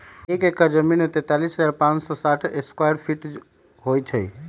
एक एकड़ जमीन में तैंतालीस हजार पांच सौ साठ स्क्वायर फीट होई छई